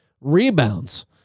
rebounds